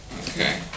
Okay